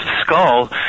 skull